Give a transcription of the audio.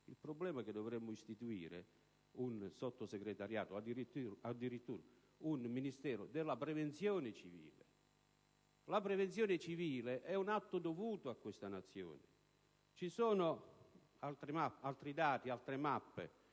Il problema è che dovremmo istituire un Sottosegretariato, o addirittura un Ministero della prevenzione civile. La prevenzione civile è un atto dovuto a questa Nazione. Ci sono altri dati e c'è